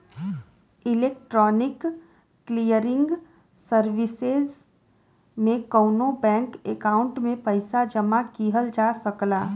electronic clearing services में कउनो bank account में पइसा जमा किहल जा सकला